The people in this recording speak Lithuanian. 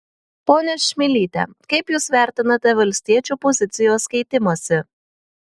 ponia čmilyte kaip jūs vertinate valstiečių pozicijos keitimąsi